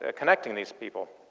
ah connecting these people.